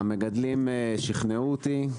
המגדלים שכנעו אותי.